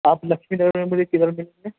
آپ لکشمی نگر میں مجھے کدھر ملیں گے